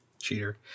Cheater